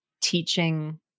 teaching